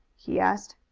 he asked.